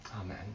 Amen